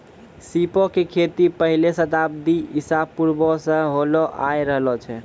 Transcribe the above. सीपो के खेती पहिले शताब्दी ईसा पूर्वो से होलो आय रहलो छै